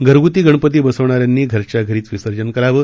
घरग्ती गणपती बसवणाऱ्यांनी घरच्या घरीच विसर्जन करावं